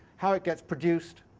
how it gets produced